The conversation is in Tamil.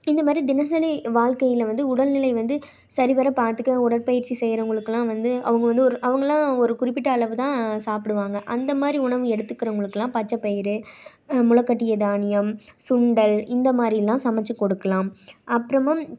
இந்த மாதிரி தினசரி வாழ்க்கையில் வந்து உடல்நிலை வந்து சரிவர பார்த்துக்க உடற்பயிற்சி செய்யறவுங்களுக்குலாம் வந்து அவங்க வந்து ஒரு அவங்கலாம் ஒரு குறிப்பிட்ட அளவுதான் சாப்பிடுவாங்க அந்த மாதிரி உணவு எடுத்துக்கிறவுங்களுக்குலாம் பச்சைப்பயிறு முளைக்கட்டிய தானியம் சுண்டல் இந்த மாதிரில்லாம் சமச்சு கொடுக்கலாம் அப்புறமும்